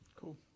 Cool